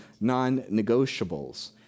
non-negotiables